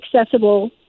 accessible